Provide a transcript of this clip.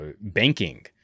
banking